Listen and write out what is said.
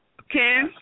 Okay